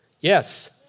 Yes